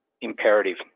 imperative